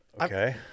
Okay